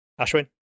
Ashwin